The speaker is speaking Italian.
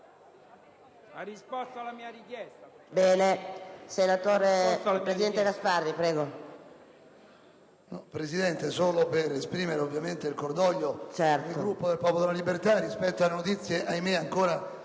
già risposto alla mia richiesta.